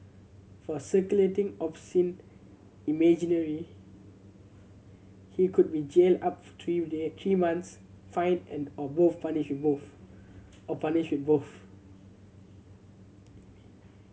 for circulating obscene he could be jailed up to three three months fined and or both punished with both or punished with both